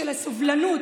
של הסובלנות.